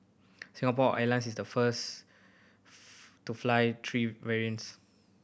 Singapore Airlines is the first to fly three variants